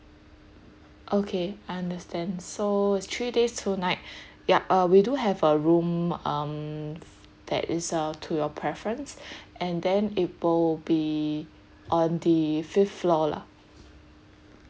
okay understand so it's three days two night yup uh we do have a room um that is uh to your preference and then it will be on the fifth floor lah